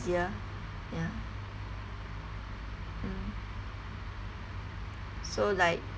easier ya mm so like